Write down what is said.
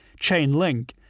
Chainlink